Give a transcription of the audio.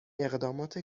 اقدامات